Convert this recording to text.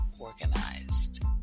Organized